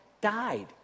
died